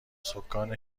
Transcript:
سـکان